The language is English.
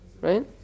Right